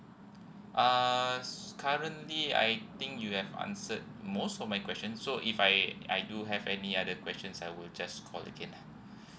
err currently I think you have answered most of my questions so if I I do have any other questions I would just call again lah